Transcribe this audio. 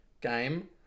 game